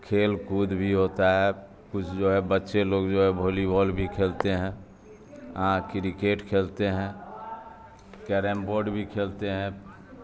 کھیل کود بھی ہوتا ہے کچھ جو ہے بچے لوگ جو ہے بھولی وال بھی کھیلتے ہیں ہاں کرکٹ کھیلتے ہیں کیرم بورڈ بھی کھیلتے ہیں